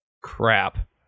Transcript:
crap